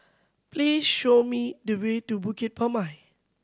please show me the way to Bukit Purmei